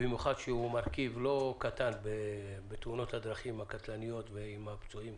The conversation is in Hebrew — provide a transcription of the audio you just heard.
במיוחד שהוא מרכיב לא קטן בתאונות הדרכים הקטלניות ועם הפצועים.